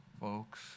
folks